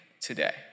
today